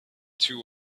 two